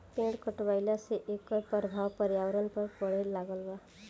पेड़ कटईला से एकर प्रभाव पर्यावरण पर पड़े लागल बा